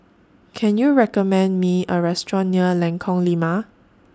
Can YOU recommend Me A Restaurant near Lengkong Lima